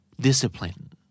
discipline